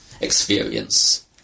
experience